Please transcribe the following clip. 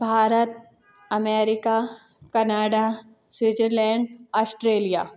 Bharat America Canada Switzerland Australia